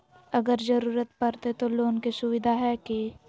अगर जरूरत परते तो लोन के सुविधा है की?